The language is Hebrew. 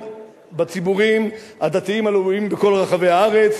בציבורים הדתיים הלאומיים בכל רחבי הארץ.